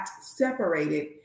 separated